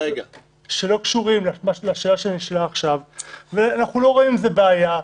--שלא קשורים לשאלה שנשאלה עכשיו ואנחנו לא רואים עם זה בעיה.